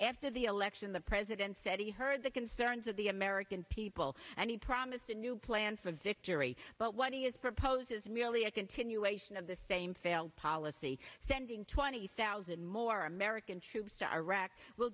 after the election the president said he heard the concerns of the american people and he promised a new plan for victory but what he is proposing is really a continuation of the same failed policy sending twenty thousand more american troops to iraq will